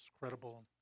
credible